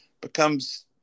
becomes